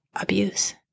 abuse